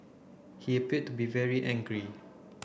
he appeared to be very angry